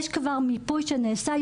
יש כבר מיפוי שנעשה.